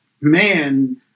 man